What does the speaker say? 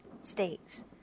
states